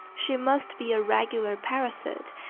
she must be a regular parasite,